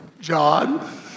John